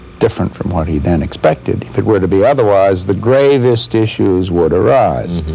different from what he then expected, if it were to be otherwise, the gravest issues would arise.